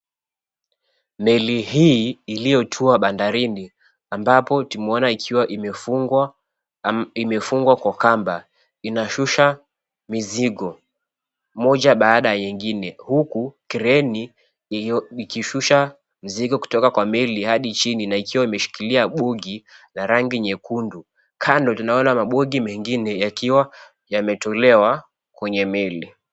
Meli hii iliyotua bandarini ambapo tunaona ikiwa imefungwa kwa kamba inashusha mizigo moja baada ya nyingine huku kreni ikishusha mizigo kutoka kwa meli hadi chini na ikiwa imeshikilia bugi la rangi nyekundu. Kando tunaona mabugi mengine yakiwa yametolewa kwenye meli.